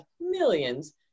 millions